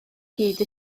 hyd